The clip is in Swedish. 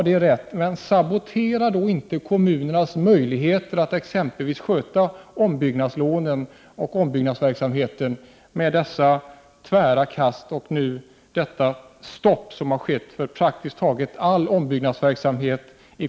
Det är riktigt, men sabotera då inte med dessa tvära kast och stoppet för nästan all ombyggnadsverksamhet i kommunerna, kommunernas möjligheter att exempelvis sköta ombyggnadslånen och ombyggnadsverksamheten.